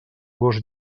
gos